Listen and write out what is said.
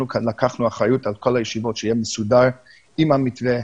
אנחנו לקחנו אחריות על כל הישיבות שיהיה מסודר עם המתווה,